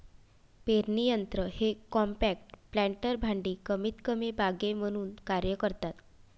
पेरणी यंत्र हे कॉम्पॅक्ट प्लांटर भांडी कमीतकमी बागे म्हणून कार्य करतात